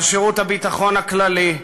על שירות הביטחון הכללי,